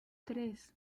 tres